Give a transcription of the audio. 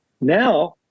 Now